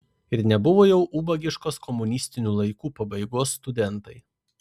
ir nebuvo jau ubagiškos komunistinių laikų pabaigos studentai